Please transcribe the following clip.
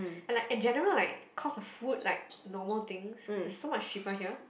and like in general like cost of food like normal things is so much cheaper here